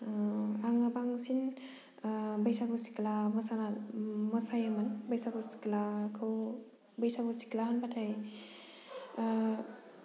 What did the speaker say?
आङो बांसिन बैसागु सिख्ला मोसायोमोन बैसागु सिख्लाखौ बैसागु सिख्ला होनबाथाय